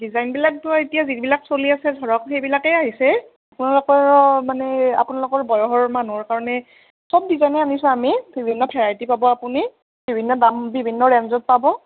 design বিলাকতো এতিয়া যিবিলাক চলি আছে ধৰক সেইবিলাকেই আহিছে আপোনালোকৰ মানে আপোনালোকৰ বয়সৰ মানুহৰ কাৰণে চব ডিজাইনৰ আনিছোঁ আমি বিভিন্ন ভেৰাইটি পাব আপুনি বিভিন্ন দাম বিভিন্ন ৰেইঞ্জত পাব